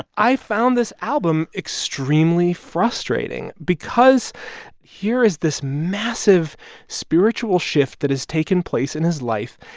i found this album extremely frustrating because here is this massive spiritual shift that has taken place in his life,